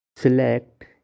select